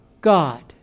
God